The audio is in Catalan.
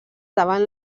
davant